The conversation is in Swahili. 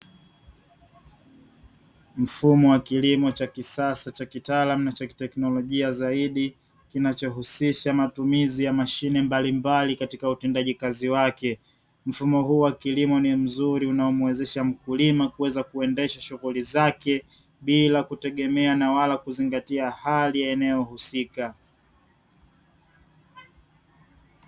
Mfumo wa kilimo cha kisasa cha kitaalamu na cha kiteknolojia zaidi kinachohusisha matumizi ya mashine mbalimbali katika utendaji kazi wake. Mfumo huu wa kilimo ni mzuri unaomuwezesha mkulima kuweza kuendesha shughuli zake, bila kutegemea na wala kuzingatia hali ya eneo husika.